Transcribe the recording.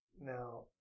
Now